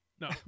No